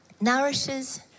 Nourishes